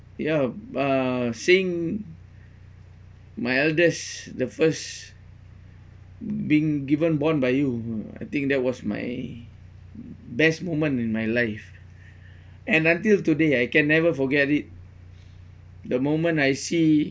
ya uh seeing my eldest the first being given born by you I think that was my best moment in my life and until today I can never forget it the moment I see